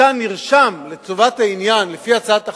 אתה נרשם, לטובת העניין, לפי הצעת החוק,